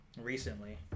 Recently